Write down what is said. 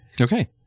Okay